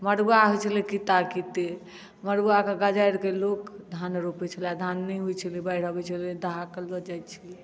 मड़ुआ होइ छलै किता कित्ते मड़ुआकेँ गजारि कऽ लोक धान रोपैत छलए धान नहि होइत छलै बाढ़ि अबै छलै दहा कऽ लऽ जाइत छलै